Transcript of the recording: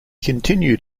continued